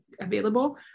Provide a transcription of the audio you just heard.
available